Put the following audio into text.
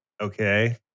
Okay